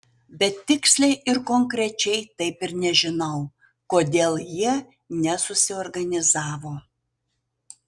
bet tiksliai ir konkrečiai taip ir nežinau kodėl jie nesusiorganizavo